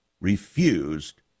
refused